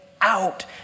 out